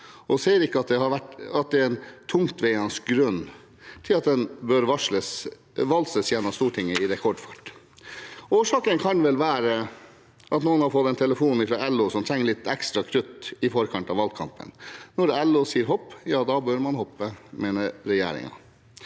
og ser ikke at det er noen tungtveiende grunn til at den bør valses gjennom Stortinget i rekordfart. Årsaken kan vel være at noen har fått en telefon fra LO, som trenger litt ekstra krutt i forkant av valgkampen. Når LO sier hopp, bør man hoppe, mener regjeringen.